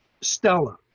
Stella